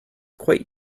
quite